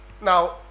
Now